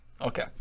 okay